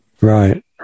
Right